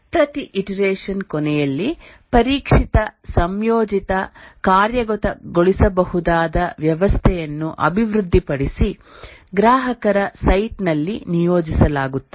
ಪ್ರತಿ ಇಟರೆಷನ್ ಕೊನೆಯಲ್ಲಿ ಪರೀಕ್ಷಿತ ಸಂಯೋಜಿತ ಕಾರ್ಯಗತಗೊಳಿಸಬಹುದಾದ ವ್ಯವಸ್ಥೆಯನ್ನು ಅಭಿವೃದ್ಧಿಪಡಿಸಿ ಗ್ರಾಹಕರ ಸೈಟ್ ನಲ್ಲಿ ನಿಯೋಜಿಸಲಾಗುತ್ತದೆ